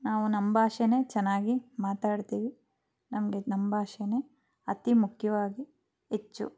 ನಾವು ನಮ್ಮ ಭಾಷೇನೇ ಚೆನ್ನಾಗಿ ಮಾತಾಡ್ತೀವಿ ನಮಗೆ ನಮ್ಮ ಭಾಷೇನೇ ಅತಿ ಮುಖ್ಯವಾಗಿ ಹೆಚ್ಚು